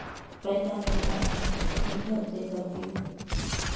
पैसा मिलता है तो खान खर्चे करती हूँ